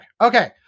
Okay